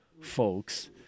folks